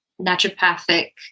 naturopathic